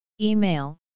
Email